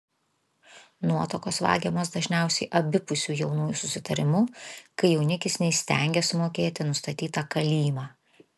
nuotakos vagiamos dažniausiai abipusiu jaunųjų susitarimu kai jaunikis neįstengia sumokėti nustatytą kalymą